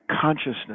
consciousness